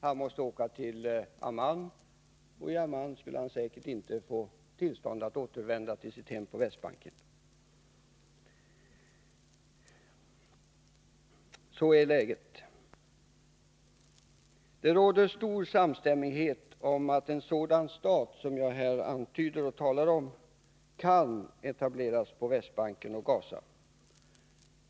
Han måste åka till Amman, och i Amman skulle han säkert inte få tillstånd att återvända till sitt hem på Västbanken. — Så är läget. Det råder stor samstämmighet om att en sådan stat som jag här talar om kan etableras på Västbanken och i Gaza.